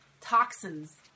toxins